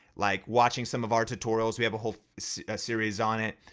like watching some of our tutorials, we have a whole series on it.